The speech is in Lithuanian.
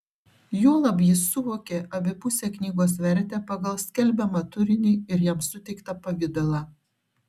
juolab jis suvokė abipusę knygos vertę pagal skelbiamą turinį ir jam suteiktą pavidalą